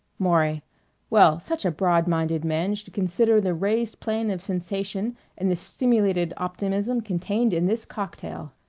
maury well, such a broad-minded man should consider the raised plane of sensation and the stimulated optimism contained in this cocktail.